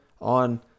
on